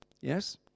Yes